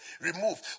removed